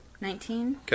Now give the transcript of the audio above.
Nineteen